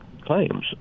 claims